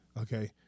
Okay